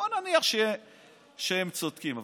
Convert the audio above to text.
בוא נניח שהם צודקים.